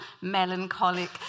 melancholic